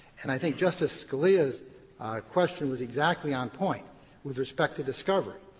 and i think justice scalia's question was exactly on point with respect to discovery,